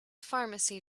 pharmacy